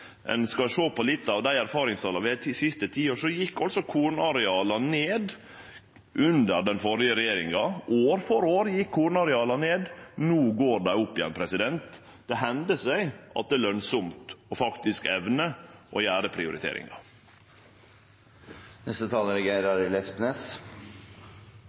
ein skal sjå på litt av dei erfaringstala vi har frå dei siste ti åra, gjekk altså kornareala ned under den førre regjeringa. År for år gjekk kornareala ned, no går dei opp igjen. Det hender seg at det er lønsamt faktisk å evne å gjere prioriteringar. Senterpartiet er